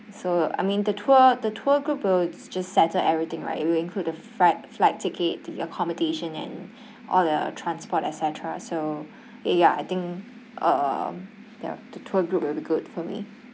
so I mean the tour the tour group will just settle everything right you will include the fright flight ticket the accommodation and all the transport etcetera so ye~ ya I think um ya the tour group will be good for me